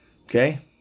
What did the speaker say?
Okay